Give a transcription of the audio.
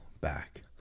back